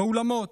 באולמות,